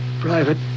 private